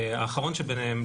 האחרון שביניהם,